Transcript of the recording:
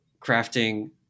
crafting